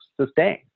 sustain